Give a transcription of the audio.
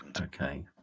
Okay